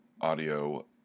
audio